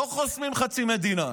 לא חוסמים חצי מדינה,